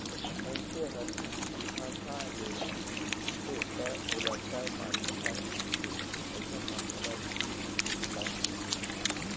मइनसे हर बिहनहा ले उठथे त ओला चाय पानी चाही होथे अइसन म ओला दूद चाही होथे